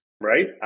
Right